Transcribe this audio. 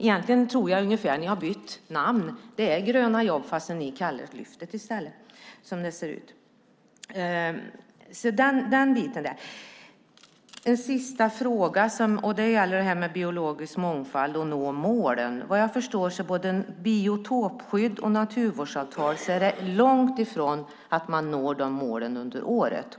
Egentligen tror jag att ni bara har bytt namn, att det är Gröna jobb fast ni kallar det för Lyftet i stället, som det ser ut. En sista fråga gäller biologisk mångfald och om att nå målen. Vad jag förstår är man långt ifrån att nå målen under året när det gäller både biotopskydd och naturvårdsavtal.